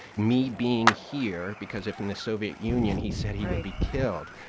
me being here because if in the soviet union, he said he would be killed.